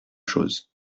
chose